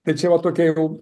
tai čia va tokie jau